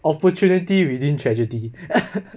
opportunity within tragedy